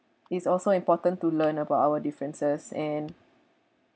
it's also important to learn about our differences and